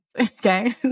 Okay